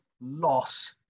loss